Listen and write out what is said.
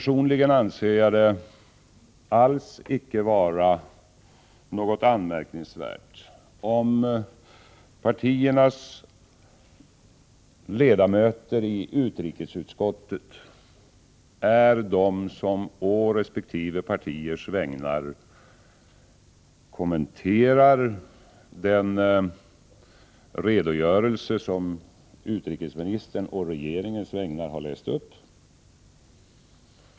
Själv anser jag det inte alls vara något anmärkningsvärt om partiernas ledamöter i utrikesutskottet är de som på resp. partiers vägnar kommenterar den redogörelse som utrikesministern på regeringens vägnar har läst upp.